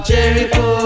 Jericho